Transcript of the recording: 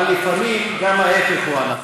אבל לפעמים גם ההפך הוא הנכון,